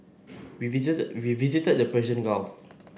we visited we visited the Persian Gulf